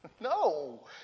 No